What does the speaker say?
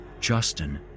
Justin